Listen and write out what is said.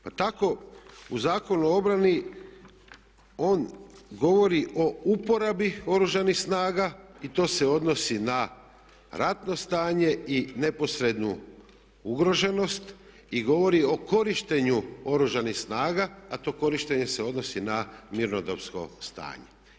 Pa tako u Zakonu o obrani, on govori o uporabi Oružanih snaga i to se odnosi na ratno stanje i neposrednu ugroženost i govori o korištenju Oružanih snaga a to korištenje se odnosi na mirnodopsko stanje.